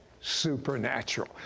supernatural